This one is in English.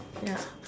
ya